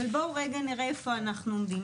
אבל בואו נראה איפה אנחנו עומדים.